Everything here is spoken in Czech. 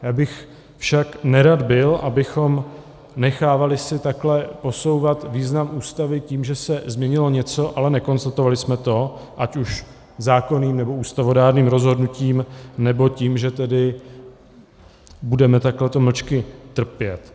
Já bych však byl nerad, abychom si nechávali takhle posouvat význam Ústavy tím, že se změnilo něco, ale nekonstatovali jsme to ať už zákonným, nebo ústavodárným rozhodnutím, nebo tím, že tedy budeme takhle to mlčky trpět.